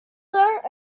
there